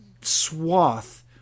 swath